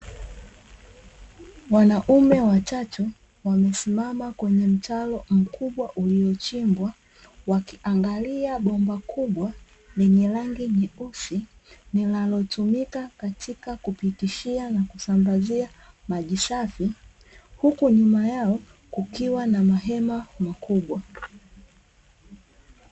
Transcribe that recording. Wanaume watatu wamesimama kwenye mtaro mkubwa uliochimbwa, wakiangalia bomba kubwa lenye rangi nyeusi, linalotumika katika kupitishia na kusambazia maji safi, huku nyuma yao kukiwa na mahema makubwa.